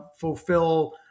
Fulfill